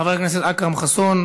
חבר הכנסת אכרם חסון.